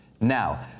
now